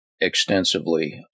extensively